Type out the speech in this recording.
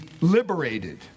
liberated